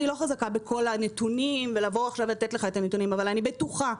אני לא חזקה בכל הנתונים ולתת לך את הנתונים אבל אני בטוחה,